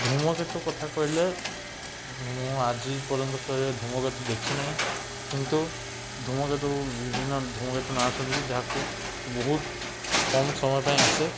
ଧୂମକେତୁ କଥା କହିଲେ ମୁଁ ଆଜି ପର୍ଯ୍ୟନ୍ତ କେବେ ଧୂମକେତୁ ଦେଖିନାହିଁ କିନ୍ତୁ ଧୂମକେତୁ ବିଭିନ୍ନ ଧୂମକେତୁ ନାଁ ଶୁଣିଛି ଯାହାକୁ ବହୁତ କମ୍ ସମୟ ପାଇଁ ଆସେ